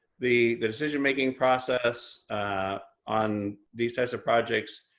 the the decision making process on these types of projects